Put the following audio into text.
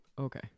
Okay